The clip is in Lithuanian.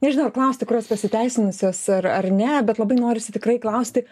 nežinau ar klausti kurios pasiteisinusios ar ar ne bet labai norisi tikrai klausti